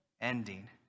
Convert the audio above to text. ending